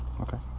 Okay